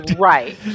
Right